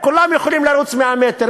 כולם יכולים לרוץ 100 מטר.